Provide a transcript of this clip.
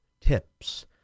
Tips